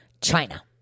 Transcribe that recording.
China